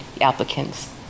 applicants